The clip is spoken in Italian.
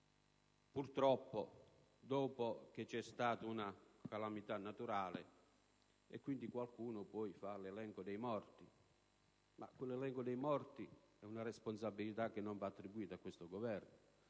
purtroppo dopo che c'è stata una calamità naturale. Qualcuno poi fa l'elenco dei morti, ma quell'elenco dei morti è una responsabilità che non va attribuita a questo Governo,